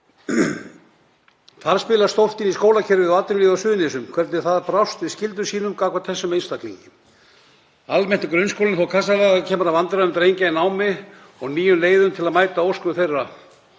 Þar spila stórt inn í skólakerfið og atvinnulífið á Suðurnesjum, hvernig það sinnti skyldum sínum gagnvart þessum einstaklingum. Almennt er grunnskólinn þó kassalaga þegar kemur að vandræðum drengja í námi og nýjum leiðum til að mæta óskum þeirra